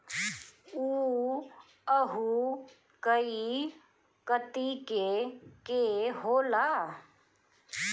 उअहू कई कतीके के होला